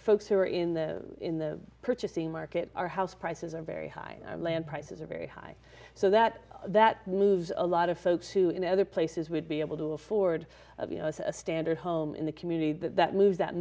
folks who are in the in the purchasing market our house prices are very high land prices are very high so that that moves a lot of folks who in other places would be able to afford a standard home in the community that that